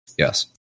Yes